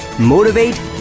Motivate